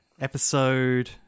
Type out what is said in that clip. episode